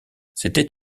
c’était